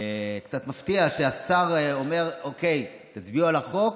קצת מפתיע שהשר אומר: אוקיי, תצביעו על החוק